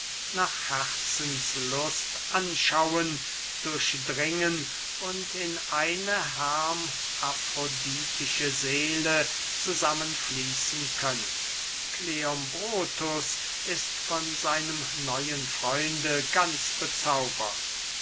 nach herzenslust anschauen durchdringen und in eine hermafroditische seele zusammen fließen können kleombrotus ist von seinem neuen freunde ganz bezaubert